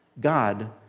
God